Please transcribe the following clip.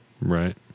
Right